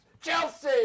Chelsea